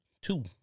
two